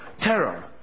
Terror